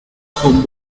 con